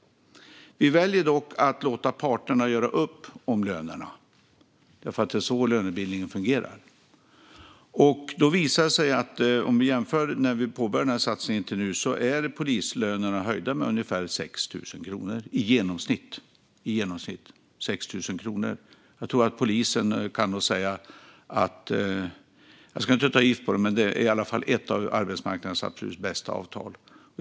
Vi väljer dock att låta parterna göra upp om lönerna. Det är så lönebildningen fungerar. Om vi jämför läget i dag med hur det var innan vi påbörjade satsningen visar det sig att polislönerna har höjts med ungefär 6 000 kronor i genomsnitt. Jag ska inte ta gift på det, men nog tror jag att det är ett av arbetsmarknadens absolut bästa avtal.